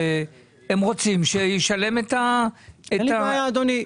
הם רוצים שהוא ישלם את --- אין לי בעיה אדוני,